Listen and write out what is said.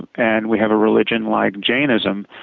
and we have a religion like jainism,